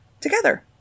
together